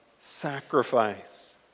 sacrifice